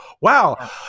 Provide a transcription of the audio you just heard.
wow